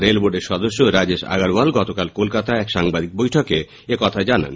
rail বোর্ডের সদস্য রাজেন আগরওয়াল গতকাল কলকাতায় এক সাংবাদিক বৈঠকে একথা জানান